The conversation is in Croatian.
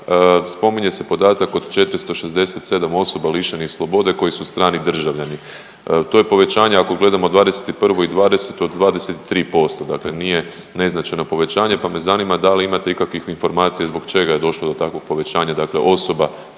spominje se podatak od 467 osoba lišenih slobode koji su strani državljani. To je povećanje ako gledamo '21. i '20. od 23%, dakle nije neznačajno povećanje pa me zanima da li imate ikakvih informacija zbog čega je došlo do takvog povećanja dakle osoba stranog